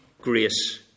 grace